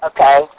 Okay